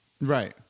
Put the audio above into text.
Right